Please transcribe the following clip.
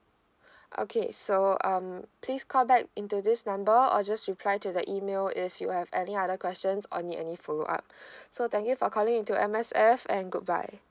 okay so um please call back into this number or just reply to the email if you have any other questions or need any follow up so thank you for calling into M_S_F and goodbye